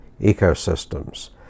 ecosystems